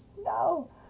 no